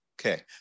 Okay